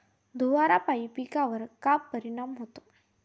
धुवारापाई पिकावर का परीनाम होते?